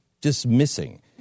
dismissing